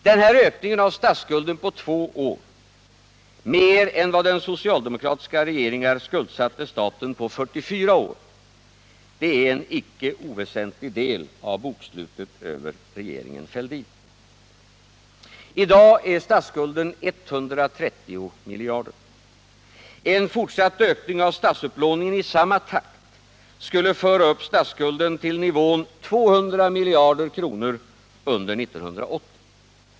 Denna ökning av statsskulden på två år — mer än vad socialdemokratiska regeringar skuldsatte staten på 44 år —- är en icke oväsentlig del av bokslutet över regeringen Fälldin. I dag är statsskulden 130 miljarder. En fortsatt ökning av statsupplåningen i samma takt skulle föra upp statsskulden till nivån 200 miljarder under 1980.